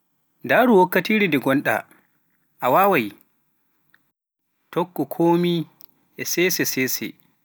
Ndaru wakkatire nde gonɗa, a wawaai, tokku komi e sese-sese